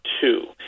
two